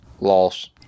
Loss